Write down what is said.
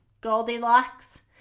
Goldilocks